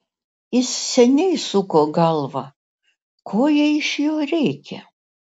jis seniai suko galvą ko jai iš jo reikia